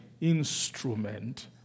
instrument